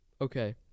Okay